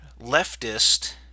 leftist